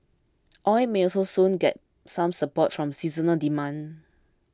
oil may also soon get some support from seasonal demand